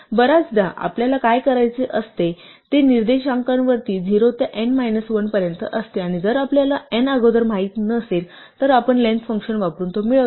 बऱ्याचदा आपल्याला काय करायचे असते ते निर्देशांकांवर 0 ते n मायनस 1 पर्यंत असते आणि जर आपल्याला n अगोदर माहित नसेल तर आपण लेन्थ फ़ंक्शन वापरून ते मिळवतो